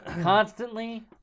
constantly